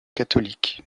catholique